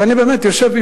ואני באמת יושב,